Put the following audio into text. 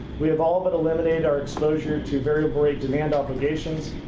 we have all but eliminated our exposure to variable rate demand obligations,